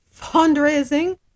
fundraising